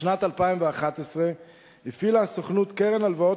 בשנת 2011 הפעילה הסוכנות קרן הלוואות